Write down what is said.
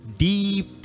deep